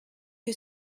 que